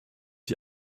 die